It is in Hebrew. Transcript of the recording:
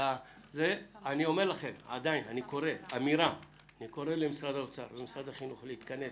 אני קורא למשרד האוצר ולמשרד החינוך להתכנס